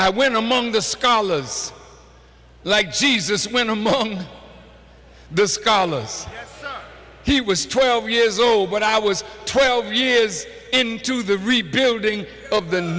i went among the scholars like jesus when among the scholars he was twelve years old when i was twelve years into the rebuilding of the